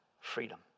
freedom